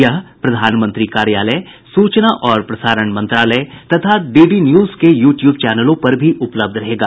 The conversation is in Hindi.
यह प्रधानमंत्री कार्यालय सूचना और प्रसारण मंत्रालय तथा डीडी न्यूज के यू ट्यूब चैनलों पर भी उपलब्ध रहेगा